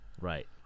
Right